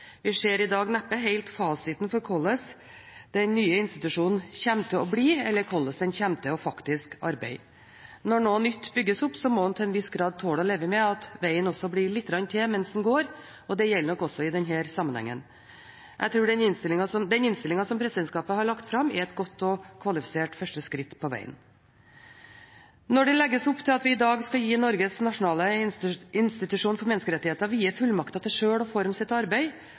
Vi ser i dag neppe helt fasiten for hvordan den nye institusjonen kommer til å bli, eller hvordan den faktisk kommer til å arbeide. Når noe nytt bygges opp, må en til en viss grad tåle å leve med at veien også blir lite grann til mens en går. Det gjelder nok også i denne sammenheng. Den innstillingen som presidentskapet har lagt fram, er et godt og kvalifisert første skritt på veien. Når det legges opp til at vi i dag skal gi Norges nasjonale institusjon for menneskerettigheter vide fullmakter til sjøl å forme sitt arbeid